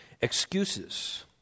Excuses